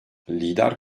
lider